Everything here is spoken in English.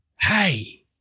Hey